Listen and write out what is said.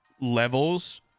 levels